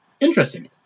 Interesting